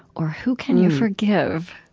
or who can you forgive?